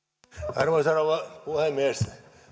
arvoisa rouva puhemies